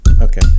Okay